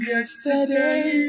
Yesterday